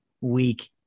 week